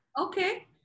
Okay